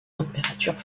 températures